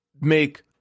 make